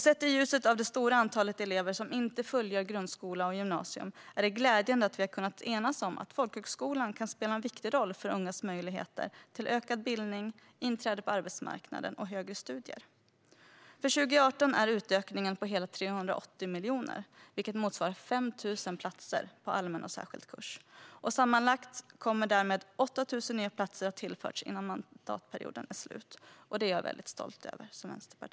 Sett i ljuset av det stora antalet elever som inte fullgör grundskola och gymnasium är det glädjande att vi har kunnat enas om att folkhögskolan kan spela en viktig roll för ungas möjligheter till ökad bildning, inträde på arbetsmarknaden och högre studier. För 2018 är utökningen på hela 380 miljoner, vilket motsvarar 5 000 platser på allmän och särskild kurs. Sammanlagt kommer därmed 8 000 nya platser att ha tillförts innan mandatperioden är slut, vilket jag som vänsterpartist är mycket stolt över.